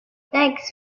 thanks